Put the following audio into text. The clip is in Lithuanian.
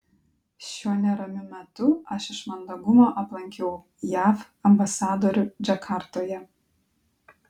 šiuo neramiu metu aš iš mandagumo aplankiau jav ambasadorių džakartoje